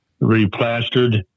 replastered